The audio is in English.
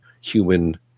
human